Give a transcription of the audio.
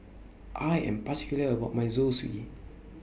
I Am particular about My Zosui